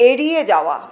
এড়িয়ে যাওয়া